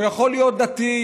שהוא יכול להיות דתי,